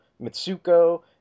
Mitsuko